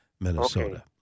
Minnesota